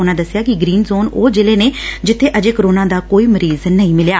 ਉਨਾਂ ਦਸਿਆ ਕਿ ਗਰੀਨ ਜੋਨ ਉਹ ਸ਼ਿਲ੍ਹੇ ਨੇ ਜਿੱਬੇ ਅਜੇ ਕੈਰੋਨਾ ਦਾ ਕੋਈ ਮਰੀਜ਼ ਨਹੀ ਮਿਲਿਆਂ